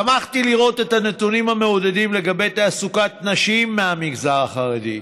שמחתי לראות את הנתונים המעודדים לגבי תעסוקת נשים מהמגזר החרדי,